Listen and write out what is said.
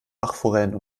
bachforellen